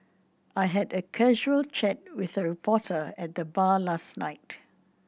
I had a casual chat with a reporter at the bar last night